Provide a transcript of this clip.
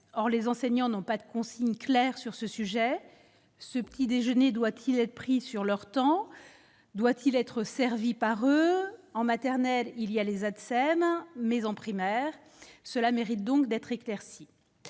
or les enseignants n'ont pas de consignes claires sur ce sujet, ce petit déjeuner doit-il être pris sur leur temps, doit-il être servi par eux en maternelle, il y a les Atsem mais en primaire, cela mérite donc d'être éclaircies